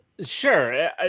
Sure